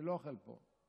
אני לא אוכל פה.